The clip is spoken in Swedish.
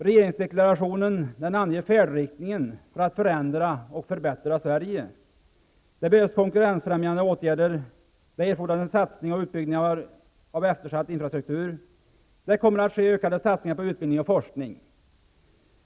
Regeringsdeklarationen anger färdriktningen för att förändra och förbättra Sverige. Det behövs konkurrensbefrämjande åtgärder, och det erfordras en satsning på och utbyggnad av eftersatt infrastruktur. Det kommer att göras ökade satsningar på utbildning och forskning.